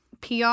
PR